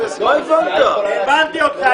אין לי מה לפנות אליך, הבנתי אותך.